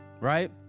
right